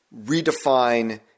redefine